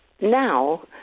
Now